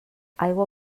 aigua